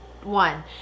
one